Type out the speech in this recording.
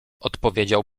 odpowiedział